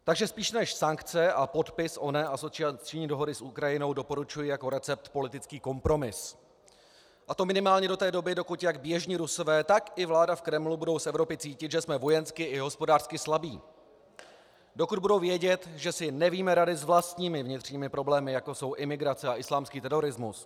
Takže spíš než sankce a podpis oné asociační dohody s Ukrajinou doporučuji jako recept politický kompromis, a to minimálně do té doby, dokud jak běžní Rusové, tak i vláda v Kremlu budou z Evropy cítit, že jsme vojensky i hospodářsky slabí, dokud budou vědět, že si nevíme rady s vlastními vnitřními problémy, jako jsou imigrace a islámský terorismus.